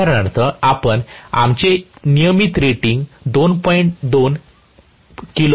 उदाहरणार्थ आपण आमचे नियमित रेटिंग 2